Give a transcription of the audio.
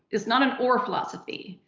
it's not an or philosophy.